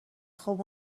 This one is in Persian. خوب